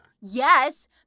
Yes